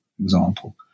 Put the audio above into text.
example